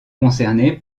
concerné